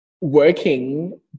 working